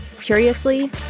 Curiously